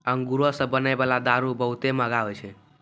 अंगूरो से बनै बाला दारू बहुते मंहगा होय छै